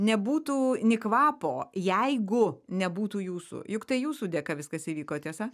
nebūtų ni kvapo jeigu nebūtų jūsų juk tai jūsų dėka viskas įvyko tiesa